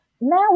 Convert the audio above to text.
Now